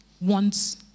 wants